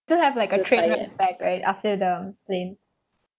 still have like a trademark affect right after the plane